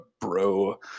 bro